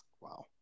Wow